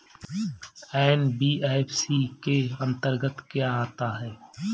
NBFC के अंतर्गत क्या आता है?